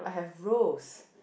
I have rose